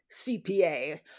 CPA